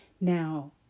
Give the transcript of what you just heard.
Now